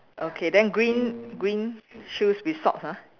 okay then green green shoes with socks ha